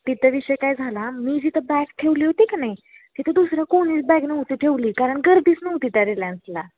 तिथं विषय काय झाला मी जिथं बॅग ठेवली होती की नाही तिथं दुसरं कोणीच बॅग नव्हती ठेवली कारण गर्दीच नव्हती त्या रिलायन्सला